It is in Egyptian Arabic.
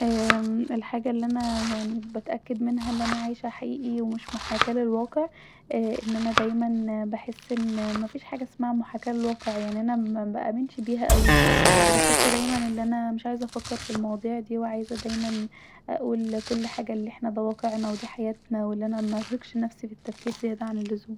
الحاجه الي انا بتأكد منها أن انا عايشه حقيقي ومش محاكاه للواقع أن انا دايما بحس أن مفيش حاجه اسمها محاكاه للواقع انا مبأمنش بيها اوي وبحس دايما أن مش عايزه افكر في المواضيع دي وبحس دايما أن ده واقعنا ودي حياتنا وان انا مرقهش نفسي بالتفكير زياده عن اللزوم